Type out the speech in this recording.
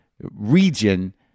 region